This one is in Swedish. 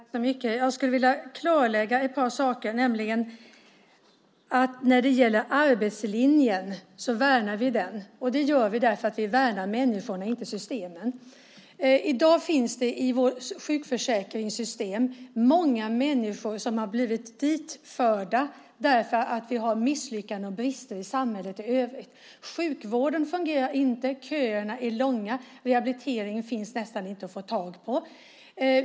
Herr talman! Jag skulle vilja klarlägga ett par saker. När det gäller arbetslinjen så värnar vi den. Det gör vi för att vi värnar människorna, inte systemen. I dag finns det i vårt sjukförsäkringssystem många människor som har blivit ditförda för att vi har misslyckande och brister i samhället i övrigt. Sjukvården fungerar inte. Köerna är långa. Rehabilitering finns nästan inte att få tag på.